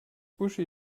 uschi